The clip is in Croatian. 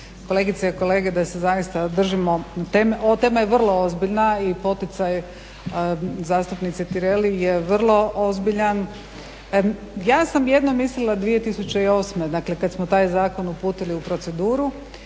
kolegice i kolege da se zaista držimo teme, tema je vrlo ozbiljna i poticaj zastupnici Tireli je vrlo ozbiljan. Ja sam jedno mislila 2008. dakle kad smo taj zakon uputili u proceduru,